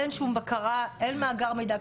אין שום בקרה, אין מאגר מידע.